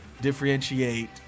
differentiate